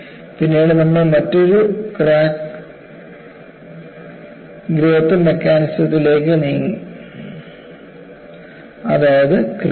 പിന്നീട് നമ്മൾ മറ്റൊരു ക്രാക്ക് ഗ്രോത്ത് മെക്കാനിസത്തിലേക്ക് നീങ്ങി അതായത് ക്രീപ്പ്